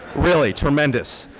really, tremendous.